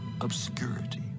obscurity